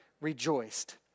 rejoiced